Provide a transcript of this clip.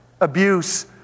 abuse